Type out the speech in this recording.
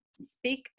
speak